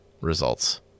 results